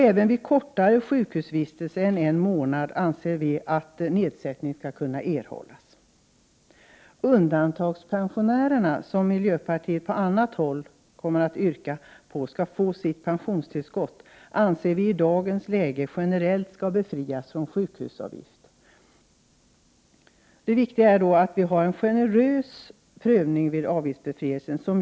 Även vid kortare sjukhusvistelse än en månad anser vi att nedsättning skall kunna erhållas. Undantagspensionärerna, som miljöpartiet på annat håll yrkar skall få sitt pensionstillskott, anser vi i dagens läge generellt skall befrias från sjukhusavgift. Det viktiga är då att vi har en generös prövning vid avgiftsbefrielsen.